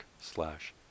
slash